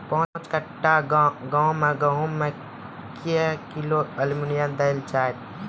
पाँच कट्ठा गांव मे गेहूँ मे क्या किलो एल्मुनियम देले जाय तो?